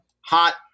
hot